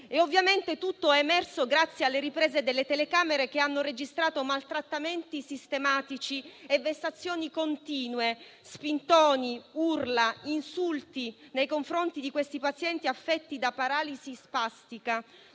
Ovviamente, tutto è emerso grazie alle riprese delle telecamere, che hanno registrato maltrattamenti sistematici e vessazioni continue, spintoni, urla e insulti nei confronti di questi pazienti affetti da paralisi spastica.